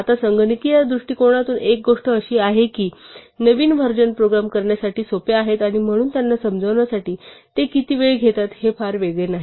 आता संगणकीय दृष्टिकोनातून एक गोष्ट अशी आहे की नवीन व्हर्जन प्रोग्राम करण्यासाठी सोप्या आहेत आणि म्हणून त्यांना समजण्यासाठी ते किती वेळ घेतात हे फार वेगळे नाही